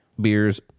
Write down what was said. beers